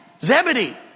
Zebedee